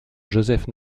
joseph